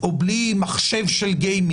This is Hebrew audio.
זו לא בעיה שלכם, אבל זו בעיה.